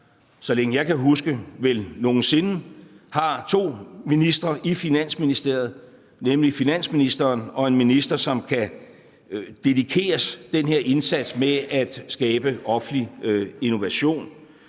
så længe jeg kan huske, vel nogen sinde har to ministre i Finansministeriet, nemlig finansministeren og en minister, som kan dedikeres den her indsats med at skabe offentlig innovation,